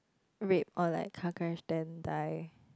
rape or like car crash then die